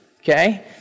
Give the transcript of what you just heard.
Okay